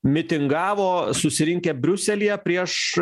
mitingavo susirinkę briuselyje prieš